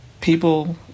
people